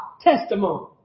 testimony